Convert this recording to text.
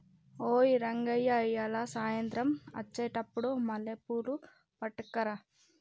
ఓయ్ రంగయ్య ఇయ్యాల సాయంత్రం అచ్చెటప్పుడు మల్లెపూలు పట్టుకరా